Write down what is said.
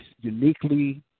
uniquely